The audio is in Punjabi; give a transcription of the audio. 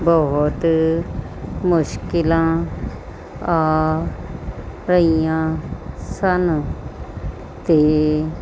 ਬਹੁਤ ਮੁਸ਼ਕਿਲਾਂ ਆ ਰਹੀਆਂ ਸਨ ਅਤੇ